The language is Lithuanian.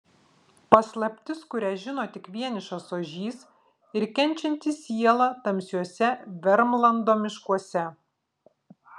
paslaptis kurią žino tik vienišas ožys ir kenčianti siela tamsiuose vermlando miškuose